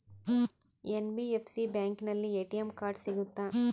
NBFC ಬ್ಯಾಂಕಿನಲ್ಲಿ ATM card ಸಿಗುತ್ತಾ?